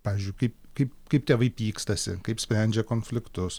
pavyzdžiui kaip kaip kaip tėvai pykstasi kaip sprendžia konfliktus